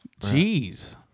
Jeez